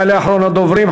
יעלה אחרון הדוברים,